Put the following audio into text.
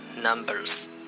Numbers